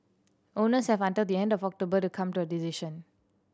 owners have until the end of October to come to a decision